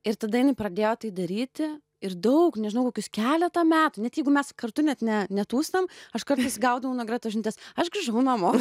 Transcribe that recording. ir tada jinai pradėjo tai daryti ir daug nežinau kokius keletą metų net jeigu mes kartu net ne netūsinam aš kartais gaudavau nuo gretos žinutes aš grįžau namo